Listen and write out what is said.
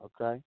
Okay